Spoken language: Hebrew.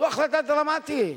זו החלטה דרמטית.